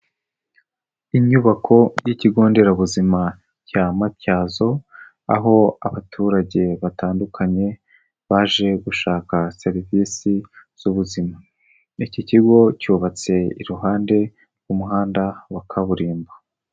Inyubako y'ikigo nderabuzima cya Matyazo, aho abaturage batandukanye baje gushaka serivisi z'ubuzima. Iki kigo cyubatse iruhande rw'umuhanda wa kaburimbo.